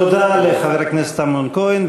תודה לחבר הכנסת אמנון כהן,